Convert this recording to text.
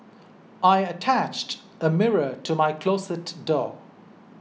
I attached a mirror to my closet door